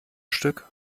stück